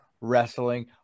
wrestling